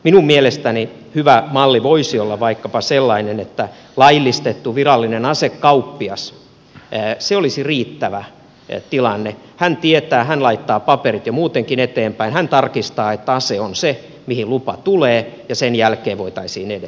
minun mielestäni hyvä malli voisi olla vaikkapa sellainen että laillistettu virallinen asekauppias se olisi riittävä tilanne joka tietää laittaa paperit jo muutenkin eteenpäin tarkistaa että ase on se mihin lupa tulee ja sen jälkeen voitaisiin edetä